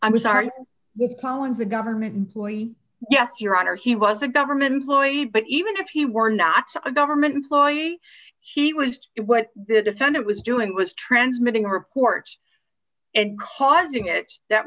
i'm sorry pollens a government employee yes your honor he was a government employee but even if he were not a government employee she was what the defendant was doing was transmitting reports and causing it that